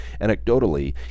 Anecdotally